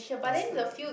what's the